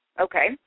Okay